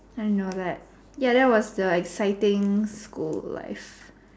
I know that ya that was the exciting school life